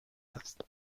است